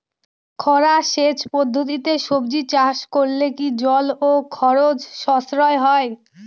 খরা সেচ পদ্ধতিতে সবজি চাষ করলে কি জল ও খরচ সাশ্রয় হয়?